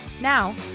Now